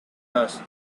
asked